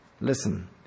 Listen